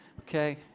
okay